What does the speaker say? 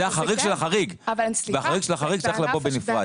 זה החריג של החריג והחריג של החריג צריך לבוא בנפרד.